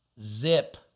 zip